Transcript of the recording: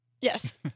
Yes